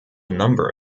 number